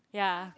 ya